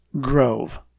grove